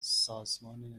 سازمان